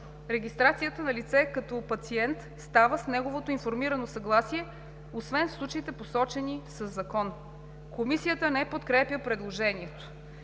Регистрацията на лице като пациент става с неговото информирано съгласие, освен в случаите, посочени със закон.“ Комисията не подкрепя предложението.